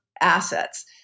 assets